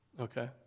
okay